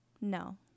No